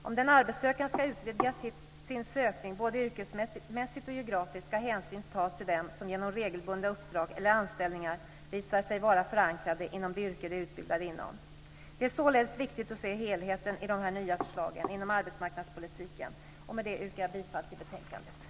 Om den arbetssökande ska utvidga sin sökning både yrkesmässigt och geografiskt ska hänsyn tas till den som genom regelbundna uppdrag eller anställningar visar sig vara förankrade inom det yrke den är utbildad inom. Det är således viktigt att se helheten i de nya förslagen inom arbetsmarknadspolitiken. Med detta yrkar jag bifall till hemställan i betänkandet.